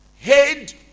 head